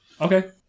Okay